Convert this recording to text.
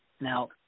Now